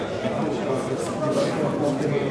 איך אתה מגן גם על חופש הביטוי?